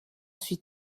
suis